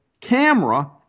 camera